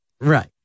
Right